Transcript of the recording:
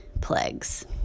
plagues